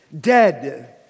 dead